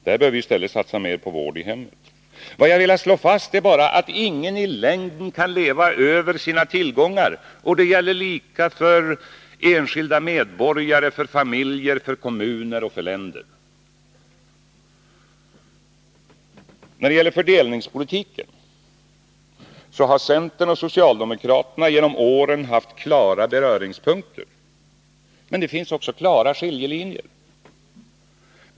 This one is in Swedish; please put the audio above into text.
Där bör vi i stället satsa mer på vård i hemmet. Vad jag velat slå fast är bara att ingen i längden kan leva över sina tillgångar. Det gäller lika för enskilda medborgare, familjer, kommuner och länder. När det gäller fördelningspolitiken har centern och socialdemokraterna genom åren haft klara beröringspunkter. Men det finns också klara skiljelinjer.